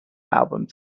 albums